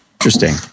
Interesting